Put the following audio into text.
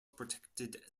protected